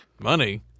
Money